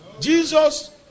Jesus